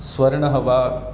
स्वर्णः वा